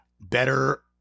better